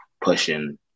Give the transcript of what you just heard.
pushing